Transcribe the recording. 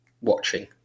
watching